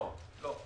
לא.